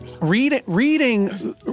Reading